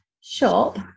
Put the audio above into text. shop